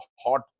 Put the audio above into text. hot